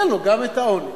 תן לו גם את העונש.